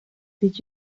did